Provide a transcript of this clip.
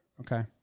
Okay